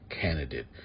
candidate